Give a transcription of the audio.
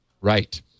Right